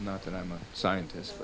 not that i'm a scientist